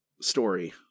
story